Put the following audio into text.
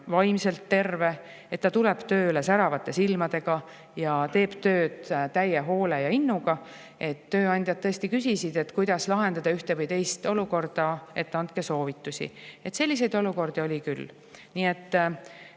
vaimselt terve, et ta tuleb tööle säravate silmadega ja teeb tööd täie hoole ja innuga. Tööandjad tõesti küsisid, kuidas lahendada üht või teist olukorda, et andke soovitusi. Selliseid olukordi oli küll. Nii et